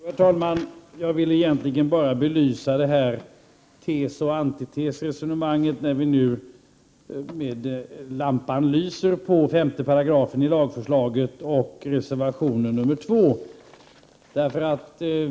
Herr talman! Jag vill egentligen bara belysa det här resonemanget om tes och antites, när nu lampan lyser på 5 § i lagförslaget och reservation 2.